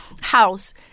House